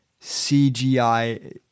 CGI